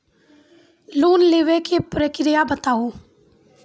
Loan लेवे के प्रक्रिया बताहू?